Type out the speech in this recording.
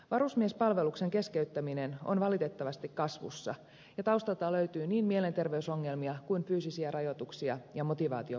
varusmiespalveluksen keskeyttäminen on valitettavasti kasvussa ja taustalta löytyy niin mielenterveysongelmia kuin fyysisiä rajoituksia ja motivaation puutteita